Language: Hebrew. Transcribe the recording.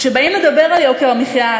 כשבאים לדבר על יוקר המחיה,